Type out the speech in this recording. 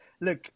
look